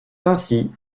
ainsi